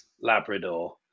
Labrador